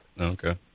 Okay